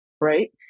right